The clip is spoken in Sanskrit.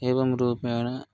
एवं रूपेण